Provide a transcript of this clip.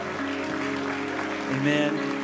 Amen